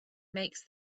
makes